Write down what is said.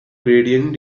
gradient